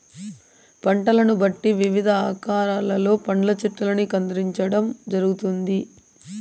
పంటలను బట్టి వివిధ ఆకారాలలో పండ్ల చెట్టల్ని కత్తిరించడం జరుగుతుంది